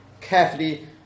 carefully